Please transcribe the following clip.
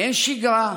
אין שגרה,